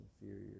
inferior